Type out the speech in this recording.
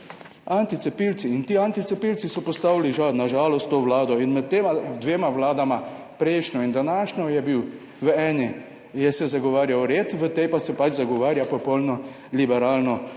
anticepilci. In ti anticepilci so postavili na žalost to vlado. Med tema dvema vladama, prejšnjo in današnjo, v eni se je zagovarjal red, v tej pa se pač zagovarja popolno liberalno